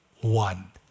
One